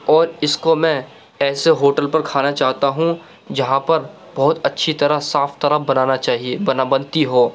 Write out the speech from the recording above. اور اس کو میں ایسے ہوٹل پر کھانا چاہتا ہوں جہاں پر بہت اچھی طرح صاف طرح بنانا چاہیے بنتی ہو